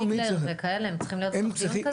הם צריכים להיות בתוך דיון כזה.